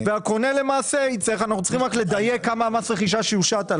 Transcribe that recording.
אנחנו צריכים רק לדייק כמה מס הרכישה שיושת.